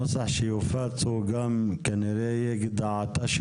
הנוסח שיופץ הוא גם כנראה יהיה דעתה של